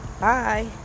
Bye